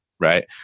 Right